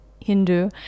hindu